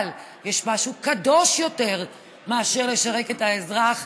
אבל יש משהו קדוש יותר מאשר לשרת את האזרח,